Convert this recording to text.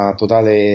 totale